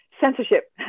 censorship